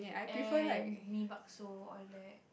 and Mee-Bakso all that